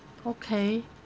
okay